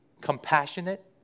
compassionate